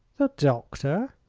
the doctor?